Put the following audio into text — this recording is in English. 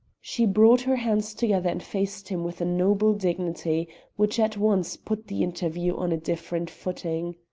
she brought her hands together and faced him with a noble dignity which at once put the interview on a different footing.